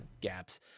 gaps